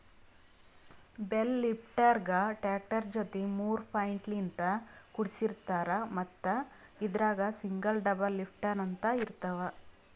bale ಲಿಫ್ಟರ್ಗಾ tractor ಜೊತಿ ಮೂರ್ ಪಾಯಿಂಟ್ಲಿನ್ತ್ ಕುಡಸಿರ್ತಾರ್ ಮತ್ತ್ ಇದ್ರಾಗ್ ಸಿಂಗಲ್ ಡಬಲ್ ಲಿಫ್ಟರ್ ಅಂತ್ ಇರ್ತವ್